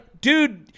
dude